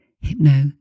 Hypno